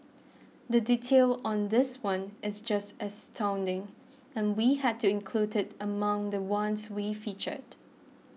the detail on this one is just astounding and we had to include it among the ones we featured